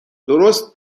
درست